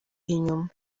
inyuma